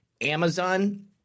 amazon